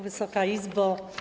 Wysoka Izbo!